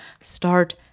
start